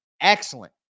excellent